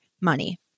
money